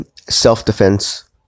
self-defense